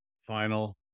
final